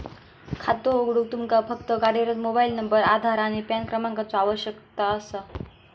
खातो उघडूक तुमका फक्त कार्यरत मोबाइल नंबर, आधार आणि पॅन क्रमांकाचो आवश्यकता असा